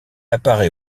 apparait